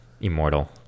immortal